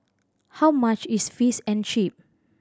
how much is Fish and Chips